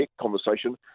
conversation